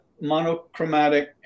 monochromatic